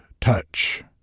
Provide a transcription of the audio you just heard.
touch